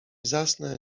zasnę